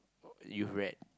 you've read